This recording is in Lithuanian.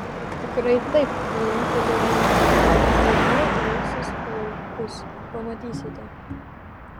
tikrai taip linkteli lila rytoj rausis plaukus pamatysite